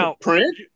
print